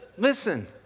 Listen